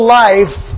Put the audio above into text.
life